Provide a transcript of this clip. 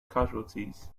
casualties